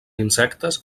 insectes